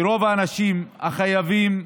כי רוב האנשים החייבים,